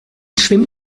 schwimmt